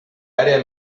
área